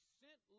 sent